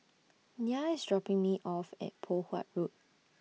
Nyah IS dropping Me off At Poh Huat Road